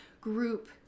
group